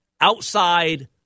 outside